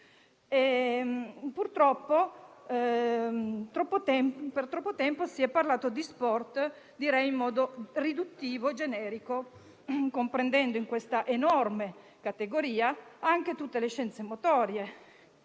tempo, purtroppo, si è parlato di sport in modo riduttivo, generico, comprendendo in questa enorme categoria anche tutte le scienze motorie,